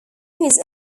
his